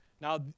Now